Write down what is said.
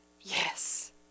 Yes